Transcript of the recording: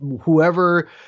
whoever